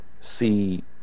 see